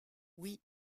oui